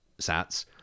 sats